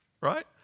Right